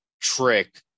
trick